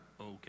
okay